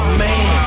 man